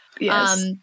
Yes